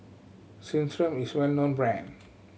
Centrum is well known brand